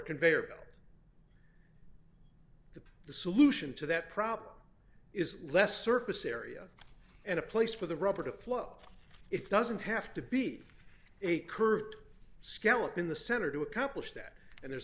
conveyor belt the solution to that problem is less surface area and a place for the rubber to flow it doesn't have to be a curved scallop in the center to accomplish that and there's